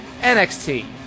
NXT